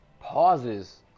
pauses